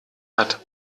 hat